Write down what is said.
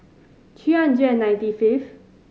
three hundred ninety fifth